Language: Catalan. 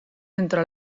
entre